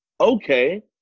okay